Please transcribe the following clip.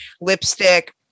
Lipstick